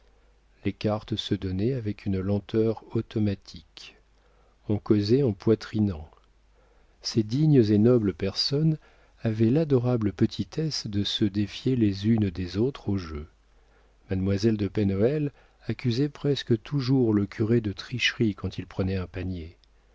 les cartes se donnaient avec une lenteur automatique on causait en poitrinant ces dignes et nobles personnes avaient l'adorable petitesse de se défier les unes des autres au jeu mademoiselle de pen hoël accusait presque toujours le curé de tricherie quand il prenait un panier